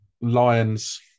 lions